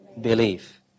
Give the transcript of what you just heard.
belief